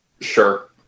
Sure